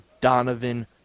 Donovan